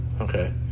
Okay